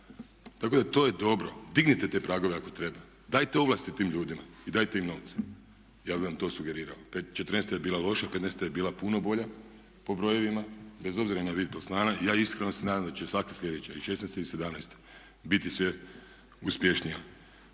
Tako da to je dobro. Dignite te pragove ako treba, dajte ovlasti tim ljudima i dajte im novce. Ja bih vam to sugerirao. Četrnaesta je bila loša, petnaesta je bila puno bolja po brojevima bez obzira na …/Govornik se ne razumije./… Ja iskreno se nadam da će svaka sljedeća i šesnaesta i sedamnaesta biti sve uspješnija.